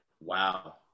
Wow